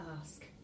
ask